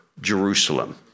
Jerusalem